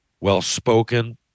well-spoken